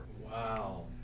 Wow